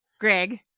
Greg